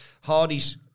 Hardy's